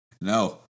No